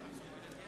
מצביע אהוד ברק,